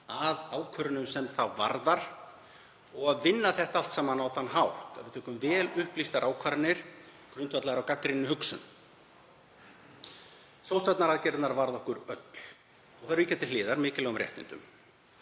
að ákvörðunum sem hann varða og að vinna það allt saman á þann hátt að við tökum vel upplýstar ákvarðanir, grundvallaðar á gagnrýninni hugsun. Sóttvarnaaðgerðirnar varða okkur öll og víkja til hliðar mikilvægum réttindum.